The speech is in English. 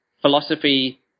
philosophy